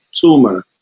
tumor